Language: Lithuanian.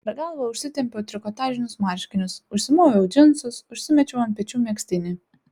per galvą užsitempiau trikotažinius marškinius užsimoviau džinsus užsimečiau ant pečių megztinį